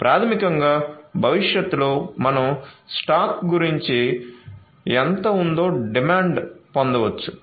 ప్రాథమికంగా భవిష్యత్తులో మనం స్టాక్ గురించి ఎంత ఉందో డిమాండ్ పొందవచ్చు